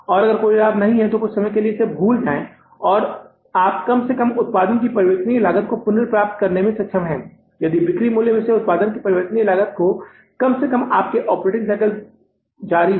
और अगर कोई लाभ नहीं है तो कुछ समय के लिए भूल जाएं कि आप कम से कम उत्पादन की परिवर्तनीय लागत को पुनर्प्राप्त करने में सक्षम हैं यानी बिक्री मूल्य से उत्पादन की परिवर्तनीय लागत तो कम से कम आपके ऑपरेटिंग साइकिल जारी है